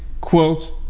quote